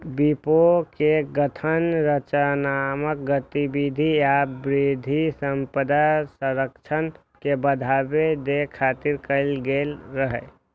विपो के गठन रचनात्मक गतिविधि आ बौद्धिक संपदा संरक्षण के बढ़ावा दै खातिर कैल गेल रहै